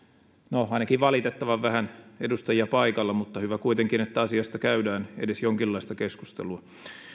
no ainakin valitettavan vähän edustajia paikalla mutta hyvä kuitenkin että asiasta käydään edes jonkinlaista keskustelua